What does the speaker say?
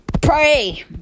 pray